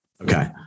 Okay